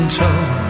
told